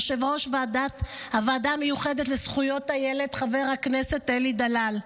יושב-ראש הוועדה המיוחדת לזכויות הילד חבר הכנסת אלי דלל,